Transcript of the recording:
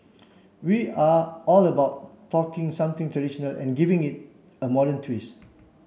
we are all about talking something traditional and giving it a modern twist